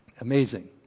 Amazing